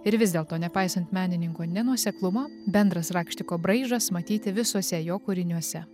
ir vis dėlto nepaisant menininko nenuoseklumo bendras rakštiko braižas matyti visuose jo kūriniuose